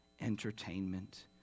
entertainment